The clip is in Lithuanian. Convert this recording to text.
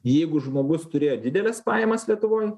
jeigu žmogus turėjo dideles pajamas lietuvoj